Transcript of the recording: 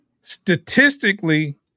Statistically